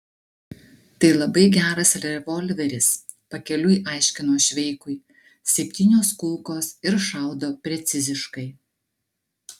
tai labai geras revolveris pakeliui aiškino šveikui septynios kulkos ir šaudo preciziškai